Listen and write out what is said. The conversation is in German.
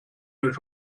euch